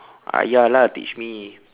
ayah lah teach me